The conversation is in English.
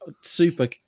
super